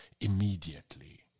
immediately